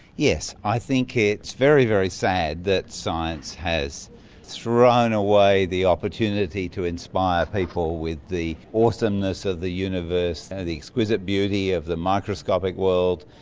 yes, i think it's very, very sad that science has thrown away the opportunity to inspire people with the awesomeness of the universe, and the exquisite beauty of the microscopic world,